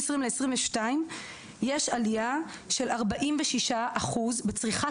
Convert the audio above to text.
לשנת 2022 יש עלייה של 46% בצריכת